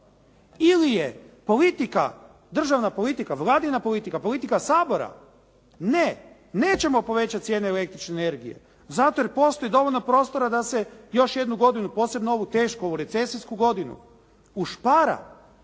Ili je politika, državna politika Vladina politika, politika Sabora? Ne nećemo povećati cijene električne energije, zato jer postoji dovoljno prostora da se još jednu godinu posebno ovu tešku, recesijsku godinu ušpara